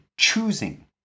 choosing